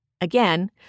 Again